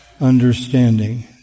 understanding